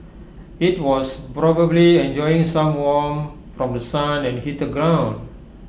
IT was probably enjoying some warmth from The Sun and heated ground